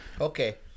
Okay